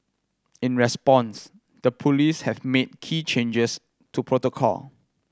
in response the police have made key changes to protocol